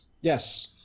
Yes